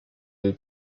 del